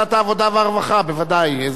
לוועדת העבודה והרווחה, בוודאי.